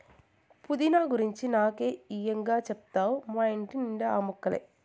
పుదీనా గురించి నాకే ఇం గా చెప్తావ్ మా ఇంటి నిండా ఆ మొక్కలే